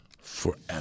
forever